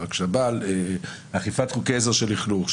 אבל כשבאים לגבי אכיפת חוקי עזר של לכלוך,